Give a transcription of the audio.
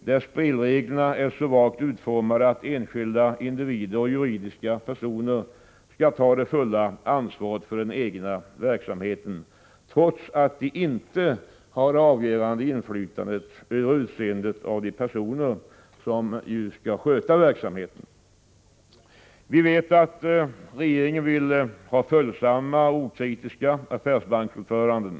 där spelreglerna är så vagt utformade att enskilda individer och juridiska personer skall ta det fulla ansvaret för den egna verksamheten trots att de inte har det avgörande inflytandet över utseendet av de personer som skall sköta verksamheten. Vi vet att regeringen vill ha följsamma, okritiska affärsbanksordförande.